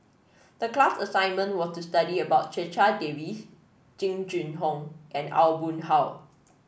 the class assignment was to study about Checha Davies Jing Jun Hong and Aw Boon Haw